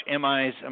MI's